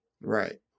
right